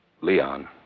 Leon